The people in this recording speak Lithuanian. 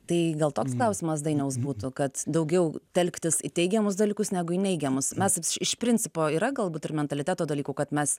tai gal toks klausimas dainiaus būtų kad daugiau telktis į teigiamus dalykus negu į neigiamus mes iš principo yra galbūt ir mentaliteto dalykų kad mes